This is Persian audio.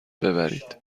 ببرید